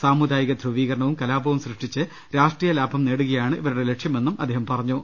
സാമുദായിക്യ്യുപ്പീകരണവും കലാപവും സൃഷ്ടിച്ചു രാഷ്ട്രീയ ലാഭം നേടുകയാണ് ഇവരുടെ ലക്ഷ്യമെന്നും അദ്ദേഹം പറഞ്ഞു